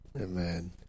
Amen